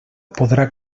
podrà